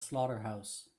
slaughterhouse